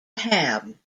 ham